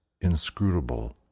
inscrutable